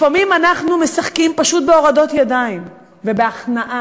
לפעמים אנחנו משחקים פשוט בהורדות ידיים ובהכנעה.